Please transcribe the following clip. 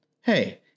Hey